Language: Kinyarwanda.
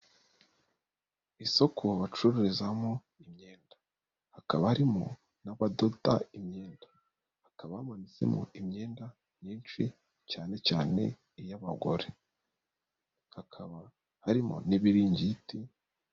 Isoko bacururizamo imyenda, hakaba harimo n'abadota imyenda, hakaba bamanitsemo imyenda myinshi cyane cyane iy'abagore, hakakaba harimo n'ibiringiti.